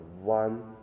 one